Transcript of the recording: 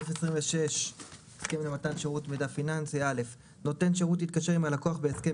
26. (א)נותן שירות יתקשר עם הלקוח בהסכם